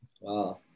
Wow